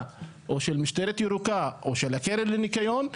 או של המשטרה הירוקה או של הקרן לניקיון,